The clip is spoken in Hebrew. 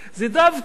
זה דווקא